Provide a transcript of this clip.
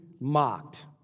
mocked